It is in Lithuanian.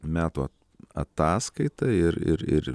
metų ataskaita ir ir ir